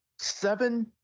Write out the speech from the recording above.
Seven